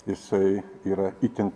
jisai yra itin